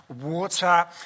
water